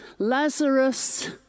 Lazarus